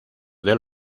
del